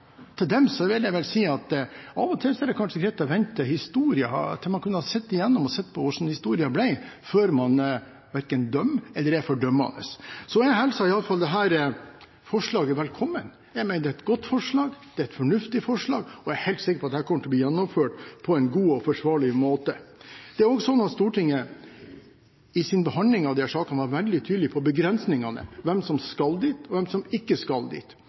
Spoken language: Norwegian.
Til dem vil jeg si at av og til er det kanskje greit å vente til man ser hvordan historien blir, før man dømmer eller er fordømmende. Jeg hilser dette forslaget velkommen. Jeg mener det er et godt og fornuftig forslag, og jeg er helt sikker på at dette kommer til å bli gjennomført på en god og forsvarlig måte. I sin behandling av disse sakene var Stortinget veldig tydelige på begrensningene, hvem som skal dit, og hvem som ikke skal dit.